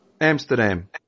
Amsterdam